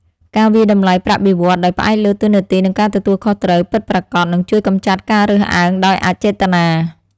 ការវាយតម្លៃប្រាក់បៀវត្សរ៍ដោយផ្អែកលើតួនាទីនិងការទទួលខុសត្រូវពិតប្រាកដនឹងជួយកម្ចាត់ការរើសអើងដោយអចេតនា។